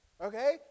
okay